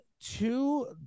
two